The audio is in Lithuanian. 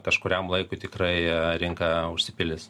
kažkuriam laikui tikrai rinka užsipildys